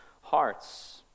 hearts